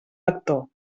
lector